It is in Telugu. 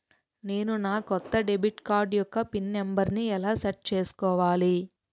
నేను నా కొత్త డెబిట్ కార్డ్ యెక్క పిన్ నెంబర్ని ఎలా సెట్ చేసుకోవాలి?